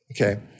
Okay